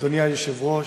אדוני היושב-ראש,